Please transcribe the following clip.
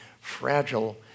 fragile